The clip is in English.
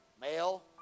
male